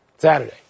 Saturday